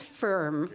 firm